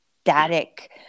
static